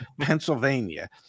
Pennsylvania